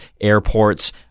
airports